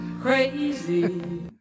Crazy